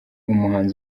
umuhanzi